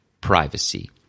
Privacy